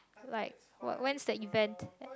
like when is the event